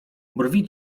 brwi